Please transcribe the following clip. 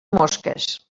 mosques